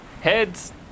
heads